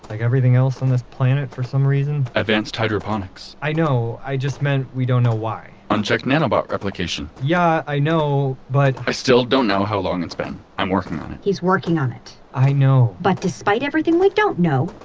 like everything else on this planet for some reason advanced hydroponics i know, i just meant, we don't know why unchecked nanobot replication yeah, i know, butandi but i still don't know how long it's been, i'm working on it he's working on it i know but despite everything we don't know,